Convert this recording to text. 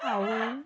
ଆଉ